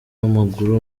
w’amaguru